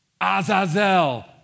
Azazel